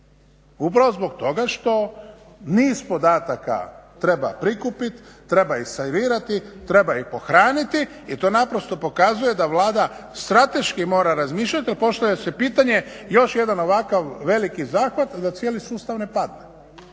upravo zbog toga što niz podataka treba prikupiti, treba ih …, treba ih pohraniti i to naprosto pokazuje da Vlada strateški mora razmišljati, ali postavlja se pitanje, još jedan ovakav veliki zahvat da cijeli sustav ne padne.